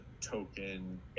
token